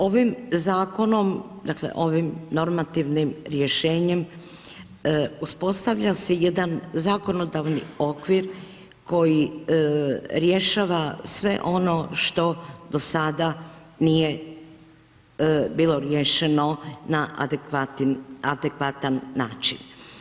Ovim zakonom, dakle ovim normativnim rješenjem uspostavlja se jedan zakonodavni okvir koji rješava sve ono što do sada nije bilo riješeno na adekvatan način.